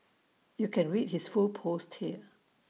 you can read his full post here